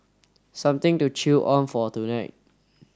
something to chew on for tonight